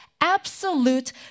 absolute